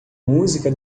música